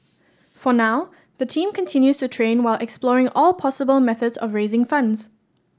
for now the team continues to train while exploring all possible methods of raising funds